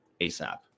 ASAP